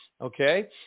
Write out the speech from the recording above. Okay